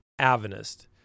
Avanist